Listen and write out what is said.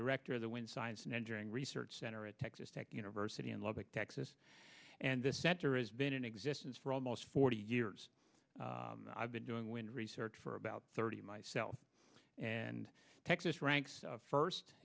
director of the win science and engineering research center at texas tech university in lubbock texas and the center is been in existence for almost forty years i've been doing when research for about thirty myself and texas ranks first